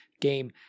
game